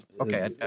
okay